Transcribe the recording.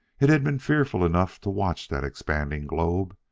it had been fearful enough to watch that expanding globe.